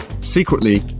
Secretly